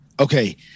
Okay